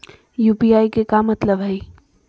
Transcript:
UPI के का मतलब हई?